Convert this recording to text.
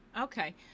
Okay